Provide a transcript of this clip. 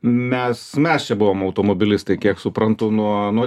mes mes čia buvom automobilistai kiek suprantu nuo nuo